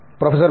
professor B